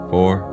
Four